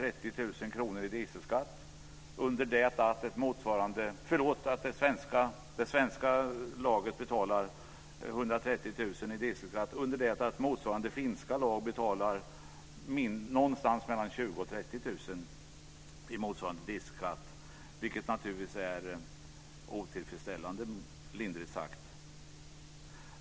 Ett svenskt lag betalar varje år i storleksordningen 130 000 kr i dieselskatt under det att ett motsvarande finskt lag betalar någonstans mellan 20 000 och 30 000 i motsvarande dieselskatt. Det är naturligtvis otillfredsställande, lindrigt utryckt.